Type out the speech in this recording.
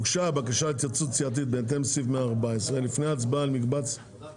אני אמשיך.